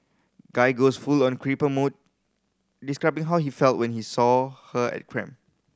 guy goes full on creeper mode describing how he felt when he saw her at